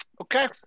Okay